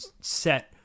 set